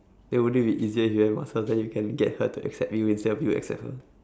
ya wouldn't be easier if you have muscles then you get her to accept you instead of you accept her